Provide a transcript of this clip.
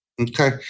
Okay